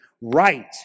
right